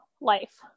life